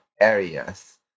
areas